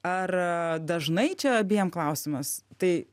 ar dažnai čia abiem klausimas tai